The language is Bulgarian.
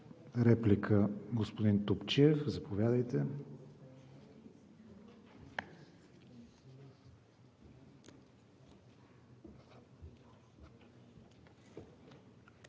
реплика, господин Топчиев – заповядайте.